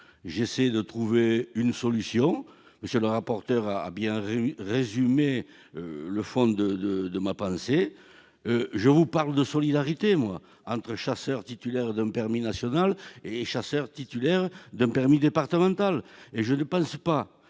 J'essaie de trouver une solution. M. le rapporteur a bien résumé le fond de ma pensée. Mes chers collègues, je vous parle de solidarité entre les chasseurs titulaires d'un permis national et les chasseurs titulaires d'un permis départemental. Et je ne pense pas